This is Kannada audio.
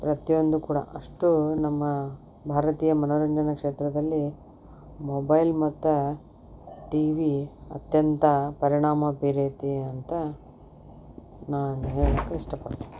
ಪ್ರತಿಯೊಂದು ಕೂಡ ಅಷ್ಟು ನಮ್ಮ ಭಾರತೀಯ ಮನರಂಜನಾ ಕ್ಷೇತ್ರದಲ್ಲಿ ಮೊಬೈಲ್ ಮತ್ತು ಟಿವಿ ಅತ್ಯಂತ ಪರಿಣಾಮ ಬೀರೈತಿ ಅಂತ ನಾನು ಹೇಳಲಿಕ್ಕೆ ಇಷ್ಟಪಡ್ತೀನಿ